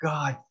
God